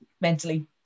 mentally